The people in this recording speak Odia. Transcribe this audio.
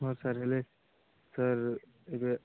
ହଁ ସାର୍ ହେଲେ ସାର୍ ଏବେ